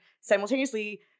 simultaneously